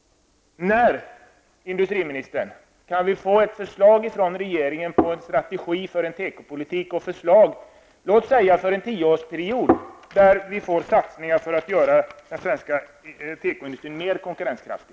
När, industriministern, kan vi få ett förslag av regeringen på en strategi beträffande tekopolitiken samt förslag gällande låt oss säga en tioårsperiod innehållande satsningar på åtgärder som syftar till att göra den svenska tekoindustrin mera konkurrenskraftig?